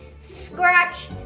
scratch